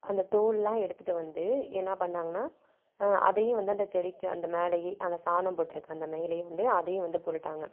அந்த தோலெல்லாம் எடுத்துட்டு வந்து என்ன பண்ணாங்கனா அதையும் வந்து அந்த செடிக்கு அந்த மேலேயே அந்த சாணம் போட்டிருக்க அந்த மேலேயே வந்து அதையும் வந்து போட்டுட்டாங்க